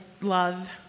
love